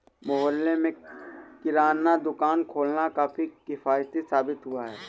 मोहल्ले में किराना दुकान खोलना काफी किफ़ायती साबित हुआ